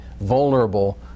vulnerable